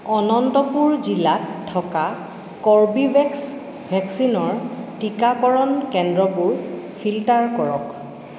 অনন্তপুৰ জিলাত থকা কৰ্বীভেক্স ভেকচিনৰ টীকাকৰণ কেন্দ্ৰবোৰ ফিল্টাৰ কৰক